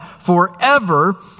forever